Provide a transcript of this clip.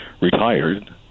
retired